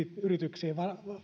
yrityksiin